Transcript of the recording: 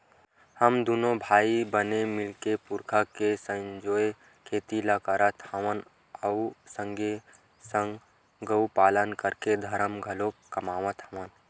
हमन दूनो भाई ह बने मिलके पुरखा के संजोए खेती ल करत हवन अउ संगे संग गउ पालन करके धरम घलोक कमात हवन